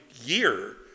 Year